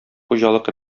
хуҗалык